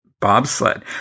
bobsled